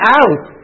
out